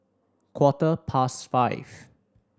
quarter past five